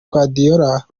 guardiola